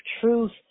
truth